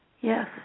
Yes